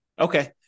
Okay